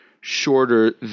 shorter